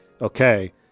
Okay